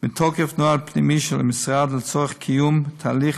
מתוקף נוהל פנימי של המשרד לצורך קיום תהליך